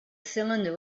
cylinder